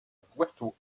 puerto